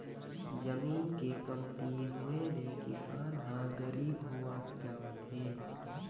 जमीन के कमती होए ले किसान ह गरीब होवत जावत हे